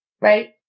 right